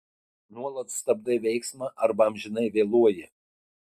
nuolat stabdai veiksmą arba amžinai vėluoji